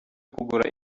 kugura